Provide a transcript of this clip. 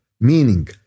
meaning